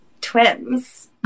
twins